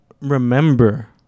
remember